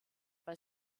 bei